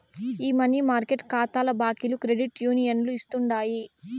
ఈ money market కాతాల బాకీలు క్రెడిట్ యూనియన్లు ఇస్తుండాయి